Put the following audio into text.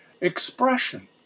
expression